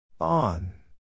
On